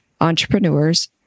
entrepreneurs